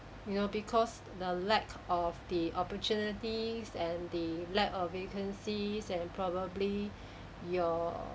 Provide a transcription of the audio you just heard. you know because the lack of the opportunities and the lack of vacancies and probably your